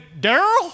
Daryl